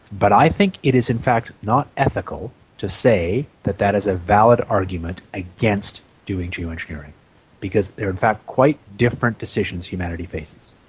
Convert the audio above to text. but i think it is in fact not ethical to say that that is a valid argument against doing geo-engineering because there are in fact quite different decisions humanity faces.